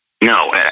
No